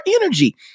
energy